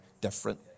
different